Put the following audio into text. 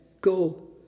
go